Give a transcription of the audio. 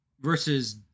versus